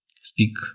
Speak